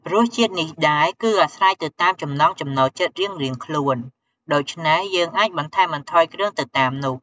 រសជាតិនេះដែរគឺអាស្រ័យទៅតាមចំណង់ចំណូលចិត្តរៀងៗខ្លួន ដូច្នេះ យើងអាចបន្ថែមបន្ថយគ្រឿងទៅតាមនោះ។